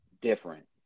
different